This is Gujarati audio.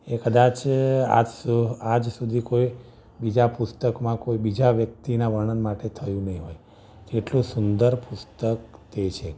એ કદાચ આજ સુધી કોઈ બીજા પુસ્તકમાં કોઈ બીજા વ્યક્તિના વર્ણન માટે થયું નહિ હોય તેટલું સુંદર પુસ્તક તે છે